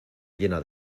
llena